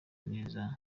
neza